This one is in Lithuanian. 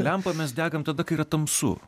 lempą mes degam tada kai yra tamsu